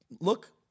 look